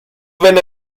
wenn